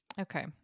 Okay